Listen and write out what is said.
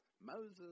Moses